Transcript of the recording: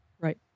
Right